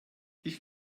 ich